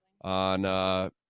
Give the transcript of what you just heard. on –